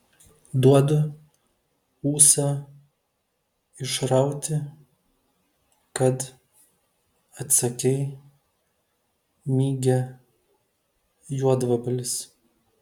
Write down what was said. duodu ūsą išrauti kad atsakei mygia juodvabalis